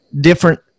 different